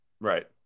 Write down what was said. Right